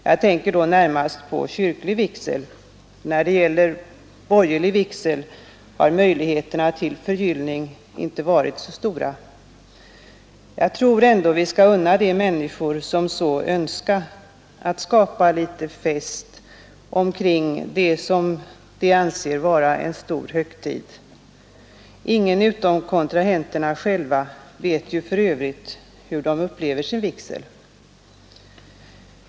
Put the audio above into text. Jag tänker då närmast på kyrklig vigsel. När det gäller borgerlig vigsel har möjligheterna till förgyllning inte varit så stora. Jag tror ändå vi skall unna de människor, som så önskar, att skapa litet fest omkring det som de anser vara en stor högtid. Ingen utom kontrahenterna själva vet ju för övrigt hur de upplever sin vigsel.